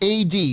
AD